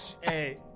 Hey